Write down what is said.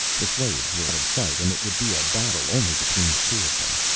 the slaves were out of sight and it would be a battle only between the two of them.